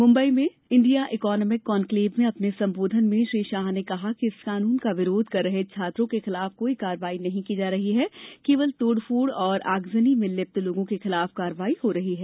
मुम्बंई में India economic conclave में अपने संबोधन में श्री शाह ने कहा कि इस कानून का विरोध कर रहे छात्रों के खिलाफ कोई कारवाई नहीं की जा रही है केवल तोड़ फोड़ और आगजनी में लिप्त लोगों के खिलाफ कारवाई हो रही है